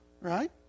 right